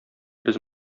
без